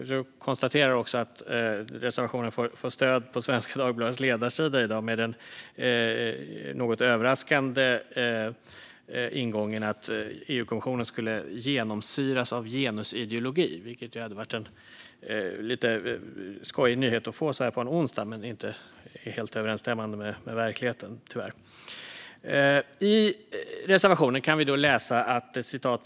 Jag konstaterar också att reservationen får stöd på Svenska Dagbladets ledarsida i dag med den något överraskande ingången att EU-kommissionen skulle genomsyras av genusideologi, vilket ju hade varit en lite skojig nyhet att få så här på en onsdag men tyvärr inte är helt överensstämmande med verkligheten. I reservationen kan vi läsa: "Det är .